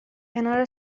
کنار